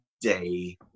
day